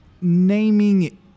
naming